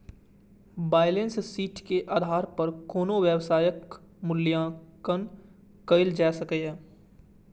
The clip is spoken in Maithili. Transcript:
बैलेंस शीट के आधार पर कोनो व्यवसायक मूल्यांकन कैल जा सकैए